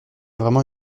vraiment